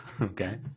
Okay